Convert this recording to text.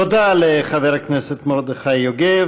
תודה לחבר הכנסת מרדכי יוגב.